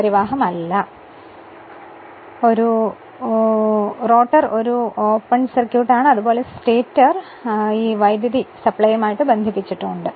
കൂടുതൽ മനസ്സിലാക്കുന്നതിനായി നമുക്ക് പറയാവുന്നത് റോട്ടർ ഒരു ഓപ്പൺ സർക്യൂട്ടാണ് അതുപോലെ സ്റ്റേറ്റർ കറണ്ട് സപ്ലൈയുമായി ബന്ധിപ്പിച്ചിരിക്കുകയാണ്